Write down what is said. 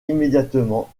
immédiatement